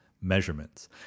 measurements